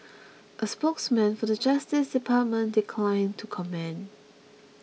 a spokesman for the Justice Department declined to comment